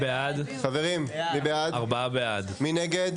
מי נגד?